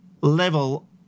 level